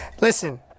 Listen